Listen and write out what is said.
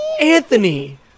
Anthony